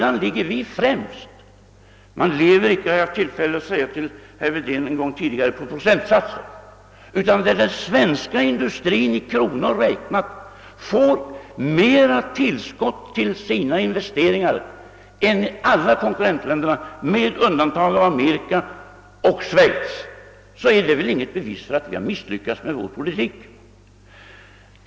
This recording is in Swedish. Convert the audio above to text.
Man lever icke, hade jag en gång tidigare tillfälle att säga till herr Wedén, på procentsatser, men när den svenska industrin i kronor räknat får större tillskott till sina investeringar än alla konkurrentländerna med undantag av Amerika och Schweiz, så är väl detta inte något bevis för att vi har misslyckats med vår politik.